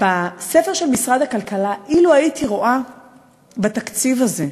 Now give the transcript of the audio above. בספר של משרד הכלכלה, אילו הייתי רואה בתקציב הזה,